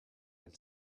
and